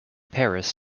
paris